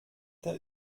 der